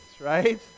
right